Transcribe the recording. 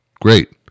great